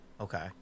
okay